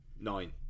Nine